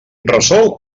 resol